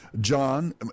John